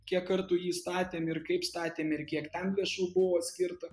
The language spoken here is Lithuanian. kiek kartų jį statėm ir kaip statėm ir kiek ten lėšų buvo skirta